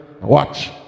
Watch